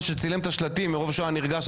שצילם את השלטים מרוב שהוא היה נרגש,